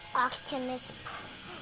Optimus